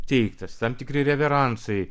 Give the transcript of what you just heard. teiktas tam tikri reveransai